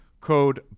code